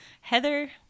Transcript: heather